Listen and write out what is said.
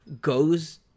goes